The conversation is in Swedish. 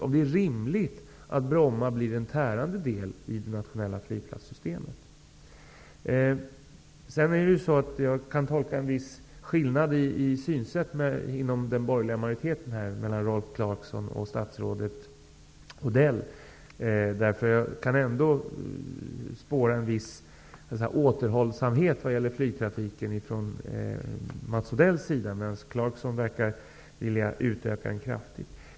Är det rimligt att Bromma blir en tärande del i det nationella flygplatssystemet? Jag kan tolka en viss skillnad i synsättet inom den borgerliga majoriteten, dvs. mellan Rolf Clarkson och statsrådet Odell. Jag kan från Mats Odells sida spåra en viss återhållsamhet när det gäller frågan om flygtrafiken. Däremot verkar Rolf Clarkson vilja utöka den kraftigt.